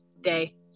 Day